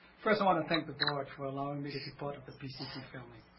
first, i wanna thank the board for allowing me to be part of the pcc family.